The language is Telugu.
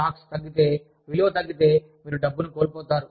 స్టాక్స్ తగ్గితే విలువ తగ్గితే మీరు డబ్బును కోల్పోతారు